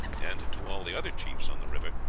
and to all the other chiefs on the river,